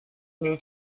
new